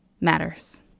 matters